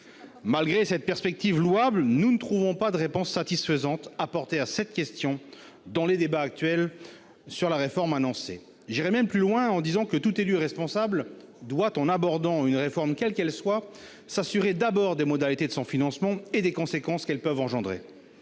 Malgré cette perspective louable, aucune réponse satisfaisante n'est apportée à cette question dans les débats actuels sur la réforme. J'irai même plus loin en disant que tout élu responsable doit, en abordant une réforme quelle qu'elle soit, s'assurer d'abord des modalités de son financement et des conséquences qu'elles peuvent entraîner.